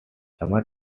summer